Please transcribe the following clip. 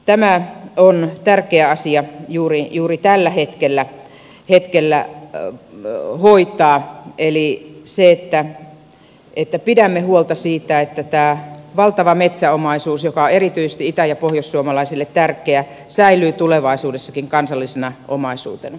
tämä on tärkeä asia juuri tällä hetkellä hoitaa eli se että pidämme huolta siitä että tämä valtava metsäomaisuus joka on erityisesti itä ja pohjoissuomalaisille tärkeä säilyy tulevaisuudessakin kansallisena omaisuutena